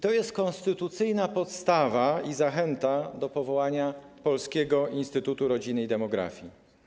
To jest konstytucyjna podstawa i zachęta do powołania Polskiego Instytutu Rodziny i Demografii.